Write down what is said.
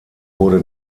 wurde